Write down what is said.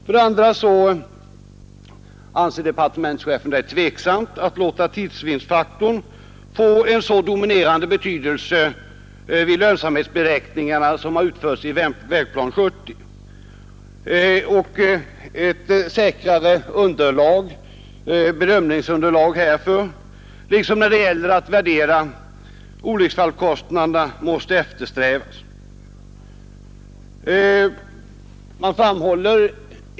För det andra anser departementschefen att det är tveksamt om man skall låta tidsvinstfaktorn få en så dominerande plats i lönsamhetsberäkningarna som fallet är i Vägplan 1970 samt att ett säkrare bedömningsunderlag härför liksom när det gäller att värdera olycksfallskostnaderna måste eftersträvas.